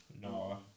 No